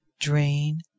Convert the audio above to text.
Drain